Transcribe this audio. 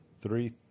three